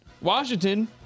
Washington